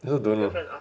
I also don't know